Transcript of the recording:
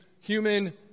human